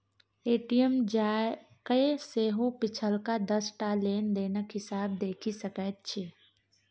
ATM जाकए सेहो पिछलका दस टा लेन देनक हिसाब देखि सकैत छी